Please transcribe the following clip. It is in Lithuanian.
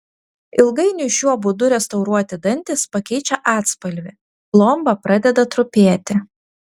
ilgainiui šiuo būdu restauruoti dantys pakeičia atspalvį plomba pradeda trupėti